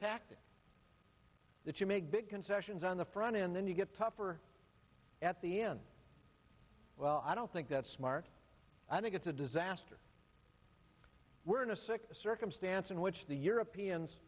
tactic that you make big concessions on the front end then you get tougher at the end well i don't think that's smart i think it's a disaster we're in a sick circumstance in which the europeans